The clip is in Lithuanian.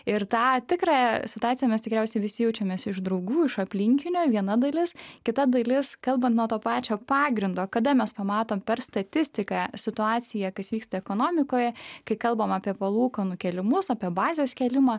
ir tą tikrąją situaciją mes tikriausiai visi jaučiamės iš draugų iš aplinkinių viena dalis kita dalis kalbant nuo to pačio pagrindo kada mes pamatom per statistiką situaciją kas vyksta ekonomikoje kai kalbam apie palūkanų kėlimus apie bazės kėlimą